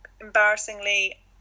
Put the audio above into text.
embarrassingly